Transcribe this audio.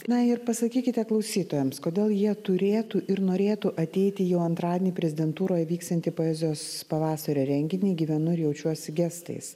na ir pasakykite klausytojams kodėl jie turėtų ir norėtų ateiti jau antradienį prezidentūroje vyksiantį poezijos pavasario renginį gyvenu ir jaučiuosi gestais